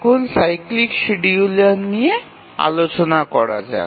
এখন cyclic scheduler নিয়ে আলোচনা করা যাক